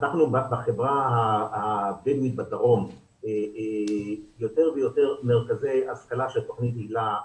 פתחנו בחברה הבדואית בדרום יותר ויותר מרכזי השכלה של תוכנית היל"ה.